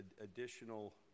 additional